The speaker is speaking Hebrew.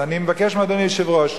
אז אני מבקש מאדוני היושב-ראש,